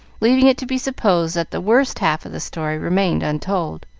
leaving it to be supposed that the worst half of the story remained untold.